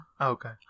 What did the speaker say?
Okay